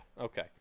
Okay